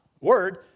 word